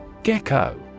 Gecko